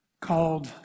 called